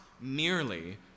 merely